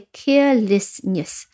carelessness 。